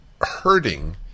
hurting